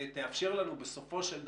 שתאפשר לנו בסופו של דבר,